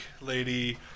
lady